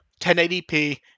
1080p